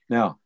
Now